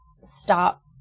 stop